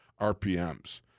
RPMs